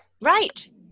Right